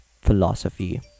philosophy